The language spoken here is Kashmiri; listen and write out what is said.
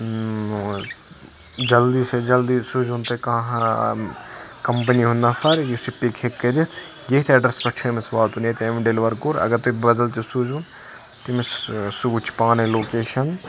جَلدی سے جلدی سوٗزوُن تُہۍ کانٛہہ کَمپٔنی ہُنٛد نَفَر یُس یہِ پِک ہیٚکہِ کٔرِتھ یٔتھۍ ایٚڈرَسَس پٮ۪ٹھ چھُ أمِس واتُن ییٚتہِ امہ ڈیٚلوَر کوٚر اگر تُہۍ بَدَل تہِ سوٗزوُن تٔمس سُہ وِچھِ پانے لوکیشَن